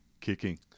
kicking